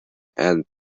and